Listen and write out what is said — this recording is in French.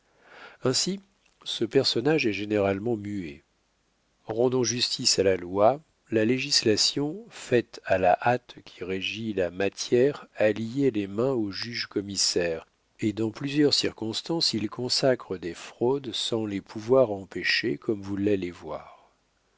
ainsi ce personnage est généralement muet rendons justice à la loi la législation faite à la hâte qui régit la matière a lié les mains au juge commissaire et dans plusieurs circonstances il consacre des fraudes sans les pouvoir empêcher comme vous l'allez voir